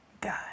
God